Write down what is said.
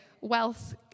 wealth